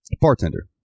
bartender